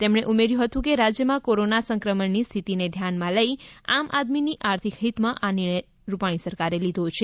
તેમણે ઉમેર્થુ હતું કે રાજ્યમાં કોરોના સંક્રમણની સ્થિતિને ધ્યાનમાં લઈ આમ આદમીની આર્થિક હિતમાં આ નિર્ણય રૂપાણી સરકારે લીધો છે